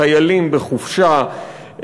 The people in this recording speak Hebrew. חיילים בחופשה,